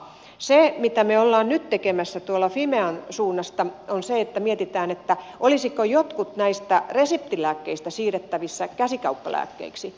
se mitä me olemme nyt tekemässä fimean suunnasta on se että mietimme olisivatko jotkut näistä reseptilääkkeistä siirrettävissä käsikauppalääkkeiksi